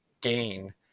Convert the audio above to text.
gain